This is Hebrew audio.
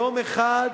יום אחד